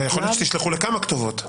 יכול להיות שתשלחו לכמה כתובות.